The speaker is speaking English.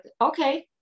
okay